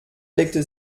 legte